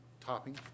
topping